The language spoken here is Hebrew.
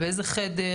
באיזה חדר,